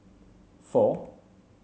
four